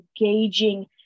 engaging